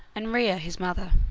and rhea his mother.